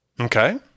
Okay